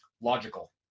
logical